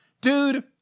dude